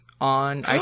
on